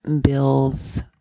bills